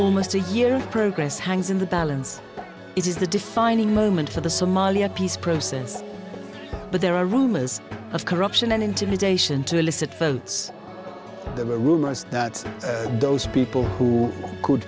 almost a year progress hangs in the balance it is the defining moment for the somalia peace process but there are rumors of corruption and intimidation to elicit votes there were rumors that those people who could